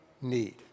need